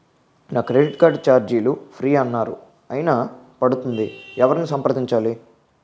నా credit card ఛార్జీలు free అన్నారు అయినా పడుతుంది ఎవరిని సంప్రదించాలి?